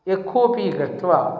यः कोपि गत्वा